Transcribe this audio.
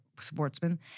sportsman